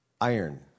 Iron